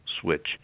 switch